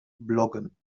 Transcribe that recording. bloggen